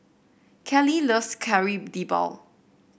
Kallie loves Kari Debal